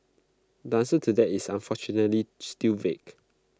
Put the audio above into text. the answer to that is unfortunately still vague